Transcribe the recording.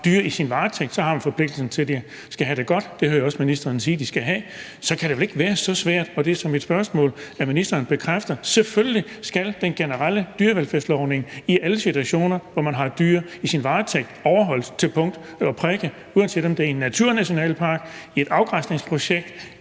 dyr i sin varetægt, har en forpligtelse til at sørge for, at de har det godt – og det hører jeg også ministeren sige de skal have. Så kan det vel ikke være så svært – og det er så mit spørgsmål – for ministeren at bekræfte, at selvfølgelig skal den generelle dyrevelfærdslovgivningen i alle situationer, hvor man har dyr i sin varetægt, overholdes til punkt og prikke, uanset om det er i en naturnationalpark, i et afgræsningsprojekt